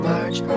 March